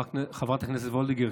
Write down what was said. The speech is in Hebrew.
חברת הכנסת וולדיגר,